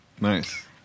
Nice